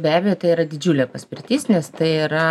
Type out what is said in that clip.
be abejo tai yra didžiulė paspirtis nes tai yra